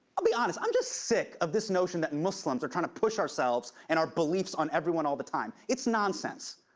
i'll be honest. i'm just sick of this notion that muslims are trying to push ourselves and our beliefs on everyone all the time. it's nonsense.